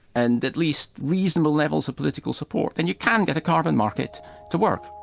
and at least reasonable levels of political support, and you can get a carbon market to work.